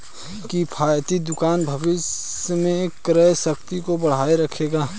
किफ़ायती दुकान भविष्य में क्रय शक्ति को बनाए रखेगा